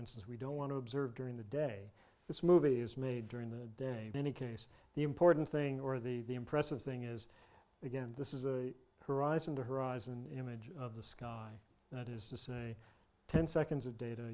instance we don't want to observe during the day this movie is made during the day in any case the important thing or the impressive thing is again this is a horizon to horizon image of the sky that is to say ten seconds of data